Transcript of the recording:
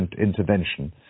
intervention